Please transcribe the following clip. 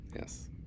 Yes